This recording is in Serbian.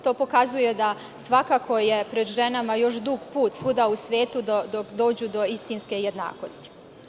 To pokazuje da je svakako pred ženama dug put svuda u svetu da dođu do istinske jednakosti.